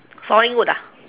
sawing wood ah